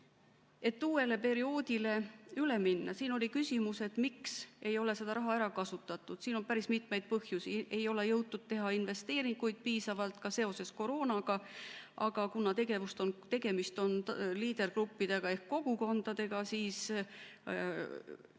seda perioodi. Siin oli küsimus, miks ei ole seda raha ära kasutatud. Siin on päris mitmeid põhjusi. Ei ole jõutud teha investeeringuid piisavalt, ka seoses koroonaga, aga kuna tegemist on LEADER-i [tegevus]gruppidega ehk kogukondadega, siis